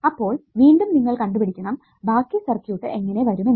അപ്പോൾ വീണ്ടും നിങ്ങൾ കണ്ടുപിടിക്കണം ബാക്കി സർക്യൂട്ട് എങ്ങനെ വരും എന്ന്